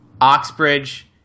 oxbridge